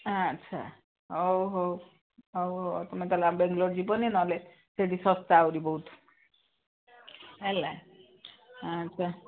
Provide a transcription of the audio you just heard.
ଆଚ୍ଛା ହଉ ହଉ ହଉ ହଉ ତୁମେ ତା'ହେଲେ ଆ ବେଙ୍ଗାଲୋର ଯିବନି ନହେଲେ ସେଠି ଶସ୍ତା ଆହୁରି ବହୁତ ହେଲା ଆଚ୍ଛା